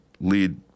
lead